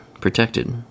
protected